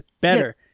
better